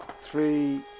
three